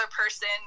person